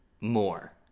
more